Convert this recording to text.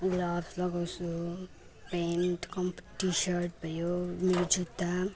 gloves लगाउँछु pant कम्प T-shirt भयो मेरो जुत्ता